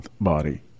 body